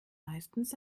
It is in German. meistens